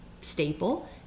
staple